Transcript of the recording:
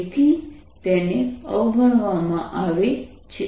તેથી જ તેને અવગણવામાં આવે છે